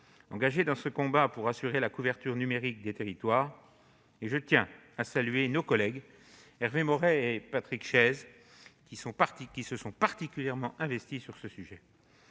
engagées dans ce combat pour assurer la couverture numérique des territoires. À cet égard, je tiens à saluer nos collègues Hervé Maurey et Patrick Chaize, qui se sont particulièrement investis sur ce sujet.